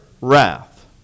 wrath